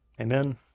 Amen